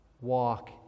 walk